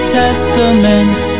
testament